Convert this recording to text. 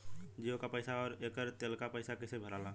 जीओ का पैसा और एयर तेलका पैसा कैसे भराला?